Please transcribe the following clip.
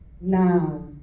now